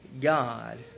God